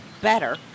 better